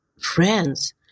friends